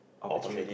opportunities